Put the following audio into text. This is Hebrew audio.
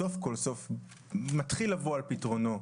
סוף כל סוף מתחיל לבוא על פתרונו,